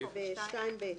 אביבית,